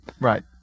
Right